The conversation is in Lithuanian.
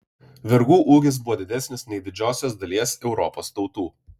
vergų ūgis buvo didesnis nei didžiosios dalies europos tautų